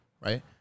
right